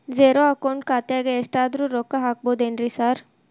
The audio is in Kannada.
ಝೇರೋ ಅಕೌಂಟ್ ಖಾತ್ಯಾಗ ಎಷ್ಟಾದ್ರೂ ರೊಕ್ಕ ಹಾಕ್ಬೋದೇನ್ರಿ ಸಾರ್?